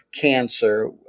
cancer